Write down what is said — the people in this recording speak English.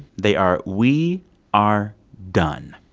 they are we are done.